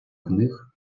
книг